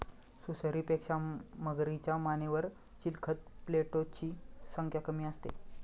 सुसरीपेक्षा मगरीच्या मानेवर चिलखत प्लेटोची संख्या कमी असते